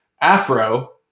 Afro